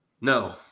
no